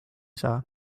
saa